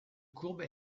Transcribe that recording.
courbe